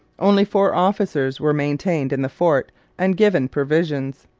only four officers were maintained in the fort and given provisions.